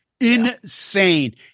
insane